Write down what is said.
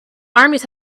armies